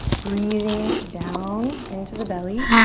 breathing down into the belly.